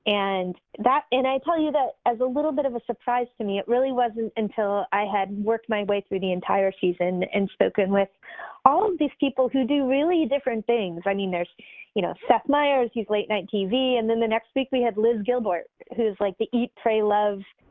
and and i tell you that as a little bit of a surprise to me. it really wasn't until i had worked my way through the entire season and spoken with all of these people who do really different things. i mean, there's you know seth meyers, who's late night tv, and then the next week we had liz gilbert, who's like the eat, pray love.